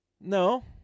no